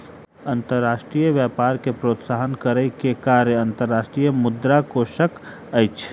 अंतर्राष्ट्रीय व्यापार के प्रोत्साहन करै के कार्य अंतर्राष्ट्रीय मुद्रा कोशक अछि